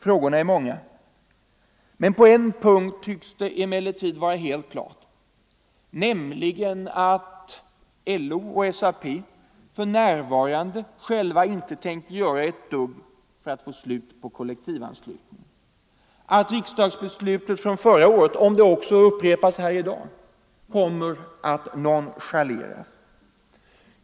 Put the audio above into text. Frågorna är många, men på en punkt tycks det vara helt klart: LO och SAP har för närvarande själva inte tänkt göra ett dugg för att få slut på kollektivanslutningen, riksdagsbeslutet från förra året — om det också upprepas i dag - kommer att nonchaleras.